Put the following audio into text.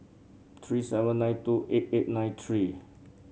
three seven nine two eight eight nine three